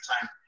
time